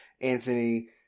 Anthony